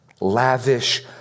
lavish